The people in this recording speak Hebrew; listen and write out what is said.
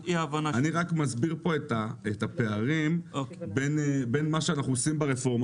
אני רק מסביר פה את הפערים בין מה שאנחנו עושים ברפורמה